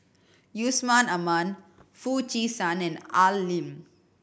Yusman Aman Foo Chee San and Al Lim